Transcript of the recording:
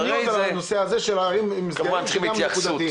--- מדיניות על הנושא הזה של ערים עם סגרים נקודתיים,